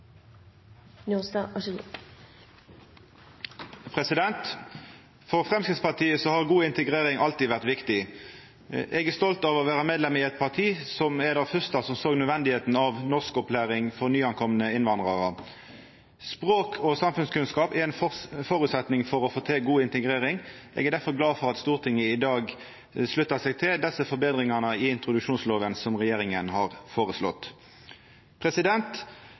For Framstegspartiet har god integrering alltid vore viktig. Eg er stolt av å vera medlem i eit parti som var det første som såg det nødvendig med norskopplæring for nykomne innvandrarar. Språk og samfunnskunnskap er ein føresetnad for å få til god integrering. Eg er difor glad for at Stortinget i dag sluttar seg til desse forbetringane i introduksjonslova som regjeringa har